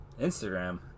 Instagram